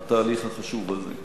לתהליך החשוב הזה.